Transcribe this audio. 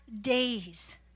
days